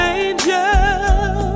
angel